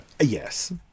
Yes